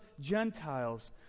Gentiles